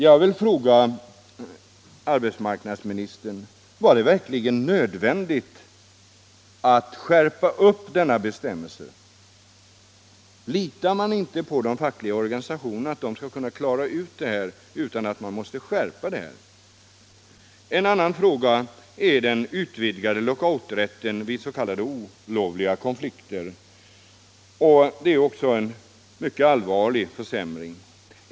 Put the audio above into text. Jag vill fråga arbetsmarknadsministern: Var det verkligen nödvändigt att skärpa denna bestämmelse? Litar man inte på att de fackliga organisationerna klarar det här? Den utvidgade lockouträtten vid s.k. olovliga konflikter innebär också en mycket allvarlig försämring.